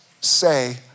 say